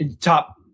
top